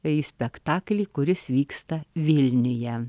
į spektaklį kuris vyksta vilniuje